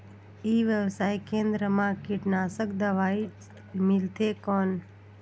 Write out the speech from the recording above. ई व्यवसाय केंद्र मा कीटनाशक दवाई मिलथे कौन?